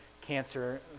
cancer